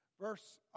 Verse